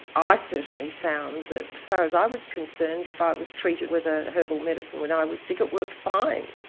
i certainly found that as far as i was concerned if i was treated with a herbal medicine when i was sick it worked fine.